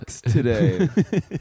today